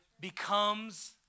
becomes